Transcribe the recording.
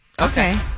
Okay